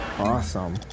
Awesome